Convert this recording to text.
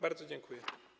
Bardzo dziękuję.